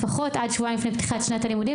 לפחות עד שבועיים לפני פתיחת שנת הלימודים,